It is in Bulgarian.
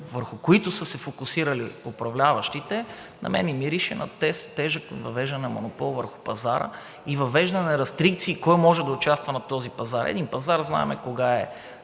върху които са се фокусирали управляващите, на мен ми мирише на въвеждане на тежък монопол върху пазара и въвеждане на рестрикции кой може да участва на този пазар. Един пазар знаем кога